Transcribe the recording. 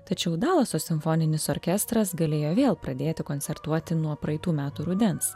tačiau dalaso simfoninis orkestras galėjo vėl pradėti koncertuoti nuo praeitų metų rudens